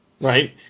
right